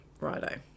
righto